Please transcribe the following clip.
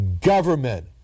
government